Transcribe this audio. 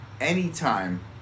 anytime